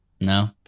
No